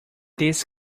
this